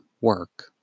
work